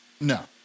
no